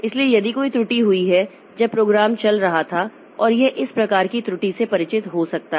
इसलिए यदि कोई त्रुटि हुई है जब प्रोग्राम चल रहा था और यह इस प्रकार की त्रुटि से परिचित हो सकता है